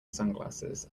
sunglasses